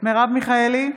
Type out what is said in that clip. מרב מיכאלי,